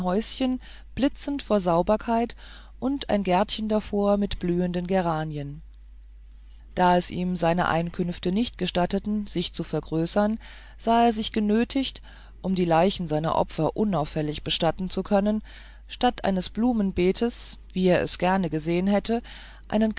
blitzend vor sauberkeit und ein gärtchen davor mit blühenden geranien da es ihm seine einkünfte nicht gestatteten sich zu vergrößern sah er sich genötigt um die leichen seiner opfer unauffällig bestatten zu können statt eines blumenbeetes wie er es gern gesehen hätte einen